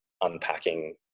unpacking